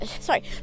Sorry